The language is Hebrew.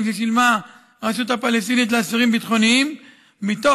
ששילמה הרשות הפלסטינית לאסירים ביטחוניים מתוך